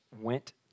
went